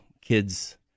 kids